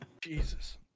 Jesus